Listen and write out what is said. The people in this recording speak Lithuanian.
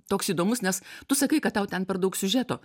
toks įdomus nes tu sakai kad tau ten per daug siužeto